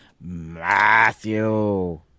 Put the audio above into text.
Matthew